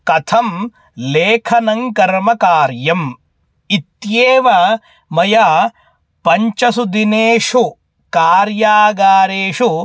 कथं लेखनं कर्मकार्यम् इत्येव मया पञ्चसु दिनेषु कार्यागारेषु